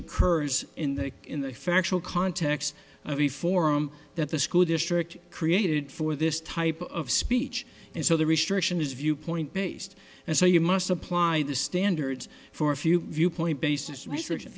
occurs in the in the factual context of a forum that the school district created for this type of speech and so the restriction is viewpoint based and so you must apply the standards for a few viewpoint basis res